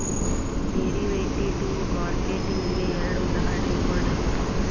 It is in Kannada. ಡೆರಿವೆಟಿವ್ ಮಾರ್ಕೆಟ್ ಗೆ ಎರಡ್ ಉದಾಹರ್ಣಿ ಕೊಡ್ರಿ